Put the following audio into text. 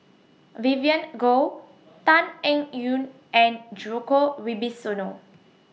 Vivien Goh Tan Eng Yoon and Djoko Wibisono